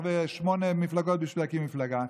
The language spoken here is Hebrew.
ושמונה מפלגות בשביל להקים מפלגה,